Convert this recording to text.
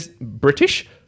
British